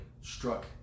struck